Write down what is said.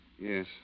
Yes